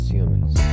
Humans